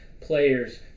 players